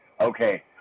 okay